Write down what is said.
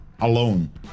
alone